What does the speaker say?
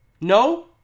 No